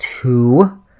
two